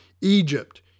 Egypt